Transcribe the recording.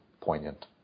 poignant